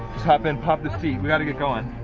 hop in, pop the seat, we gotta get goin'.